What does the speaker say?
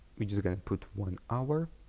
we're just gonna put one hour